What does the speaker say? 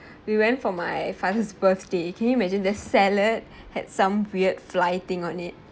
we went for my father's birthday can you imagine the salad had some weird fly thing on it